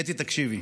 קטי, תקשיבי,